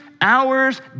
hours